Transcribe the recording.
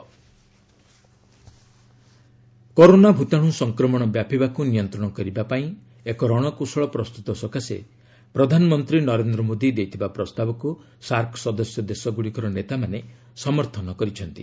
SAARC PM Modi corona ଭୂତାଣୁ ସଂକ୍ରମଣ ବ୍ୟାପିବାକୁ ନିୟନ୍ତ୍ରଣ କରିବା ପାଇଁ ଏକ ରଣକୌଶଳ ପ୍ରସ୍ତୁତ ସକାଶେ ପ୍ରଧାନମନ୍ତ୍ରୀ ନରେନ୍ଦ୍ର ମୋଦୀ ଦେଇଥିବା ପ୍ରସ୍ତାବକ୍ର ସାର୍କ ସଦସ୍ୟ ଦେଶଗ୍ରଡ଼ିକର ନେତାମାନେ ସମର୍ଥନ କରିଛନ୍ତି